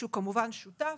שהוא שותף.